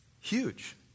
huge